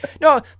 No